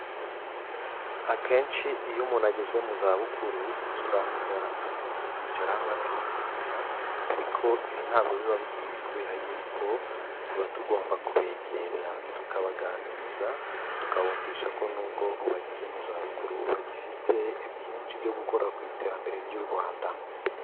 Akenshi iyo umuntu ageze mu za bukuru usanga akunze kwicara hamwe akigunga, ariko ibi ntago biba bikwiye kubera yuko tuba tugomba kubegera tukabaganiriza, tukabumvisha ko nubwo bageze mu zabukuru bagifite byinshi byo gukora ku iterambere ry'u Rwanda.